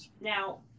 now